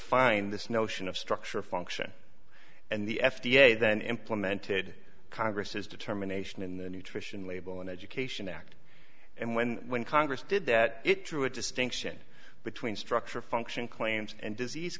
defined this notion of structure function and the f d a then implemented congress's determination in the nutrition label and education act and when when congress did that it drew a distinction between structure function claims and disease